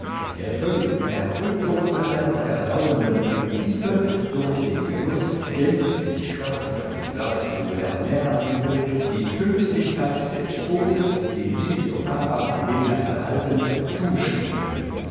der völligen zerrüttung aller verdauenden prinzipe durch den genuß gänzlich kraft und saftloser nährmittel die tödlichkeit des stoßes den giglio fava vom gegner erhalten zuschrieben